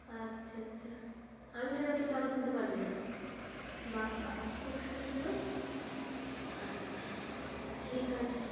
আচ্ছা আচ্ছা আমি ছাড়া কেউ টাকা তুলতে পারবে না বাহ বাহ খুব সুবিধা তো আচ্ছা ঠিক আছে